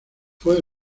fue